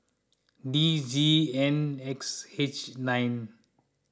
D Z N X H nine